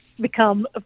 become